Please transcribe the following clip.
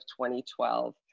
2012